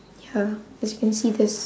ya as you can see there's